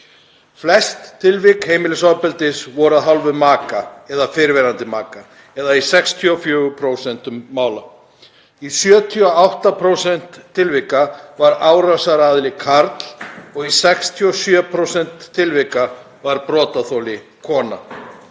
Flest tilvik heimilisofbeldis voru af hálfu maka eða fyrrverandi maka, eða í 64% mála. Í 78% tilvika var árásaraðili karl og í 67% tilvika var brotaþoli kona.